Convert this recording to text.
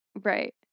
Right